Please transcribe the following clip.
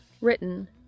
Written